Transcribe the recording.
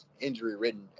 injury-ridden